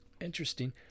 interesting